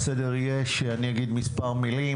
הסדר יהיה שאני אגיד מספר מילים,